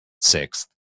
sixth